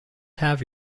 have